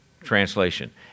translation